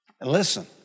Listen